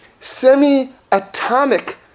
semi-atomic